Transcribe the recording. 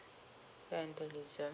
vandalism